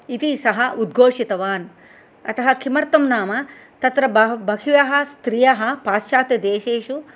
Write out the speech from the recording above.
इति सः उद्घोषितवान् अतः किमर्थं नाम तत्र बह्व्यः स्त्रियः पाश्चात्यदेशेषु